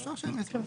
אפשר שהם יסבירו.